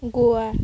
Goa